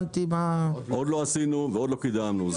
עוד לא עשינו ועוד לא קידמנו.